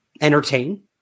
entertain